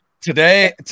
Today